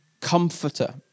comforter